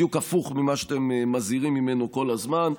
בדיוק הפוך ממה שאתם מזהירים ממנו כל הזמן.